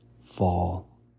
fall